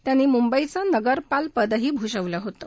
त्यांनी मुंबईचं नगरपाल पदही भूषवलं होतं